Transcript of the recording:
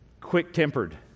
Quick-tempered